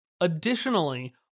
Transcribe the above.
Additionally